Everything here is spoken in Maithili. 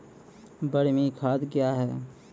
बरमी खाद कया हैं?